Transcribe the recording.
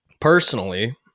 Personally